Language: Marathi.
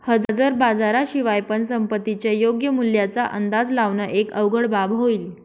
हजर बाजारा शिवाय पण संपत्तीच्या योग्य मूल्याचा अंदाज लावण एक अवघड बाब होईल